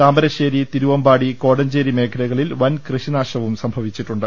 താമരശ്ശേരി തിരുവനമ്പാടി കോടഞ്ചേരി മേഖലകളിൽ വൻകൃ ഷിനാശവും സംഭവിച്ചിട്ടുണ്ട്